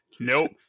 Nope